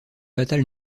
fatale